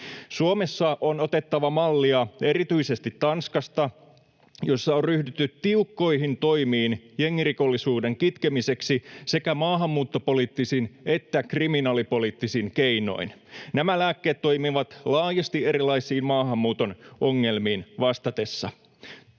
Suomessa on otettava mallia erityisesti Tanskasta, jossa on ryhdytty tiukkoihin toimiin jengirikollisuuden kitkemiseksi sekä maahanmuuttopoliittisin että kriminaalipoliittisin keinoin. Nämä lääkkeet toimivat laajasti erilaisiin maahanmuuton ongelmiin vastatessa.